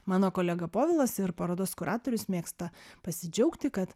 mano kolega povilas ir parodos kuratorius mėgsta pasidžiaugti kad